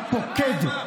הפוקד,